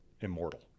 immortal